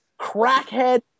crackhead